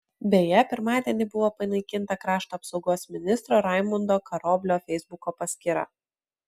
beje pirmadienį buvo panaikinta krašto apsaugos ministro raimundo karoblio feisbuko paskyra